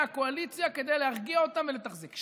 הקואליציה כדי להרגיע אותם ולתחזק.